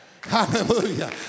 Hallelujah